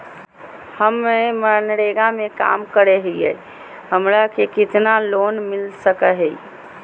हमे मनरेगा में काम करे हियई, हमरा के कितना लोन मिलता सके हई?